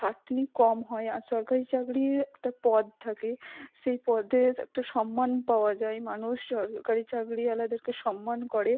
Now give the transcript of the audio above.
খাটনি কম হয় আর সরকারি চাকরির একটা পদ থাকে সেই পদের একটা সম্মান পাওয়া যায় মানুষ সরকারি চাকরিওয়ালাদেরকে সম্মান করে